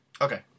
okay